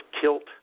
kilt